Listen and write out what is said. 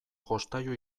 jostailu